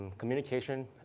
communication,